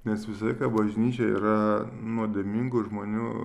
nes visą laiką bažnyčia yra nuodėmingų žmonių